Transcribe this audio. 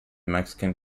mexican